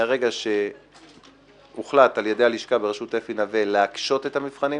מהרגע שהוחלט על ידי הלשכה בראשות אפי נוה להקשות את המבחנים,